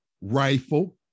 rifle